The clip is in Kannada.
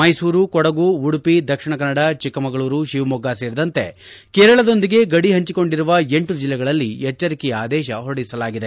ಮೈಸೂರು ಕೊಡಗು ಉಡುಪಿ ದಕ್ಷಿಣ ಕನ್ನಡ ಚಿಕ್ಕಮಗಳೂರು ಶಿವಮೊಗ್ಗ ಸೇರಿದಂತೆ ಕೇರಳದೊಂದಿಗೆ ಗಡಿ ಹಂಚಿಕೊಂಡಿರುವ ಎಂಟು ಜಿಲ್ಲೆಗಳಲ್ಲಿ ಎಚ್ಚರಿಕೆಯ ಆದೇಶ ಹೊರಡಿಸಲಾಗಿದೆ